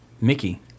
Mickey